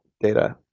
data